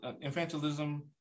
infantilism